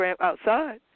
outside